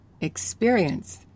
experience